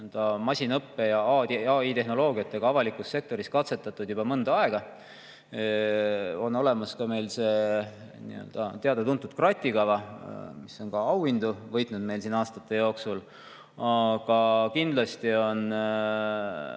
masinõppe- ja AI-tehnoloogiat ka avalikus sektoris katsetatud juba mõnda aega. On olemas meil ka see teada-tuntud kratikava, mis on ka auhindu võitnud aastate jooksul. Aga kindlasti on